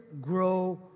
grow